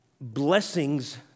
blessings